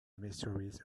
mysteries